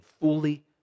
fully